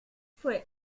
fue